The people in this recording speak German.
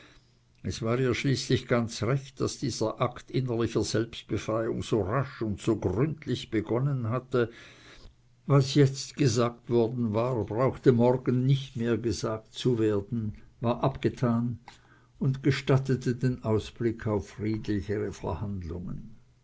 es war ihr schließlich ganz recht daß dieser akt innerlicher selbstbefreiung so rasch und so gründlich begonnen hatte was jetzt gesagt worden war brauchte morgen nicht mehr gesagt zu werden war abgetan und gestattete den ausblick auf friedlichere verhandlungen